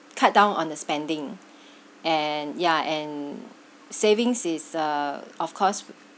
cut down on the spending and yeah and savings is uh of course